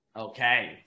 Okay